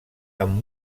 amb